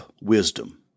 wisdom